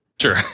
Sure